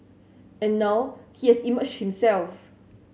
and now he has emerged himself